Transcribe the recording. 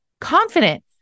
confident